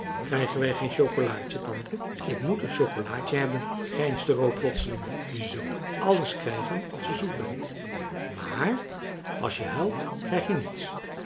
krijgen wij geen chocolaadje tante ik moet een chocolaadje hebben grijnde ro plotseling je zult alles krijgen als je zoet bent maar als je huilt krijg je niets